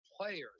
players